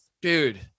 dude